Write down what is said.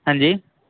हां जी